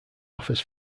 offers